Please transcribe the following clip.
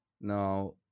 Now